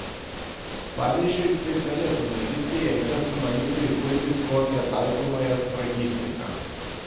pavyzdžiui taip galėtų nutikti jei kas sumanytų įkurti kokią taikomąją sfragistiką